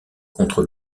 contre